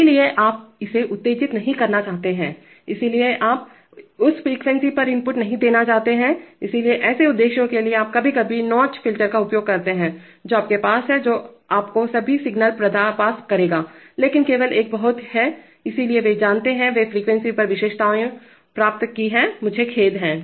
इसलिए आप इसे उत्तेजित नहीं करना चाहते हैं इसलिए आप इसलिए आप उस फ्रीक्वेंसी पर इनपुट नहीं देना चाहते हैंइसलिए ऐसे उद्देश्यों के लिए आप कभी कभी नौच फ़िल्टर का उपयोग करते हैं जो आपके पास हैं जो आपको सभी सिग्नल पास करेगा लेकिन केवल में एक बहुत है इसलिए वे जानते हैं वे फ्रीक्वेंसी पर विशेषताओं प्राप्त की है मुझे खेद है